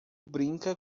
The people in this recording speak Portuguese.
brinca